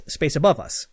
spaceaboveus